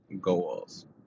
goals